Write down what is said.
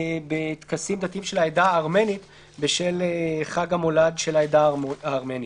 בטקסים דתיים של העדה הארמנית בשל חג המולד של העדה הארמנית.